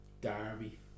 derby